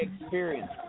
experience